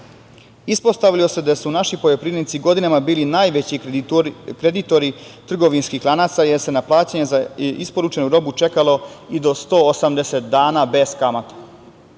Ispostavilo se da su naši poljoprivrednici godinama bili najveći kreditori trgovinskih lanaca, jer se na plaćanje za isporučenu robu čekalo i do 180 dana bez kamate. Ništa